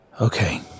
Okay